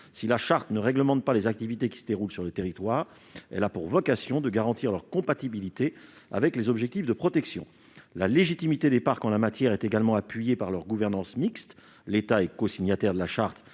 Si la charte ne réglemente pas les activités qui se déroulent sur le territoire, elle a pour vocation de garantir leur compatibilité avec les objectifs de protection. La légitimité des parcs en la matière repose également sur leur gouvernance mixte. L'État est cosignataire de la charte